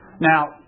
Now